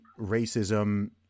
racism